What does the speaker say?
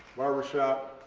barber shop.